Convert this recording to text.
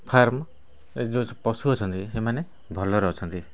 farm ଏ ଯେଉଁ ପଶୁ ଅଛନ୍ତି ସେମାନେ ଭଲରେ ଅଛନ୍ତି